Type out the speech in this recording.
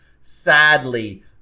Sadly